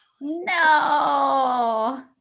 No